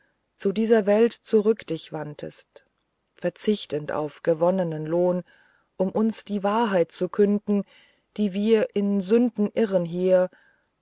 zu dieser welt zurück dich wandtest verzichtend auf gewonnenen lohn um uns die wahrheit zu verkünden die wir in sünden irren hier